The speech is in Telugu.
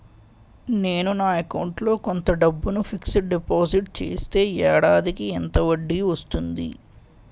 నేను నా అకౌంట్ లో కొంత డబ్బును ఫిక్సడ్ డెపోసిట్ చేస్తే ఏడాదికి ఎంత వడ్డీ వస్తుంది?